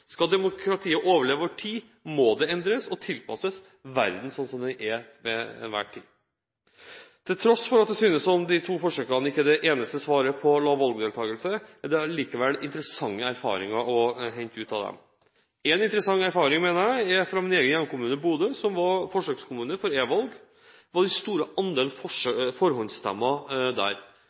Skal demokratiet overleve over tid, må det endres og tilpasses verden slik den er til enhver tid. Til tross for at det synes som om disse to forsøkene ikke er det eneste svaret på lav valgdeltakelse, er det likevel interessante erfaringer å hente ut av dem. Én interessant erfaring fra min egen hjemkommune, Bodø, som var forsøkskommune for e-valg, var den store andelen forhåndsstemmer der. Cirka 40 pst. av velgerne valgte faktisk å forhåndsstemme,